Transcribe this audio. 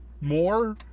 more